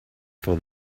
for